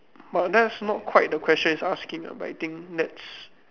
but that's not quite the question is asking ah but I think that's